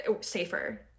safer